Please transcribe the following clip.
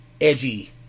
edgy